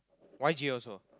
Y_J also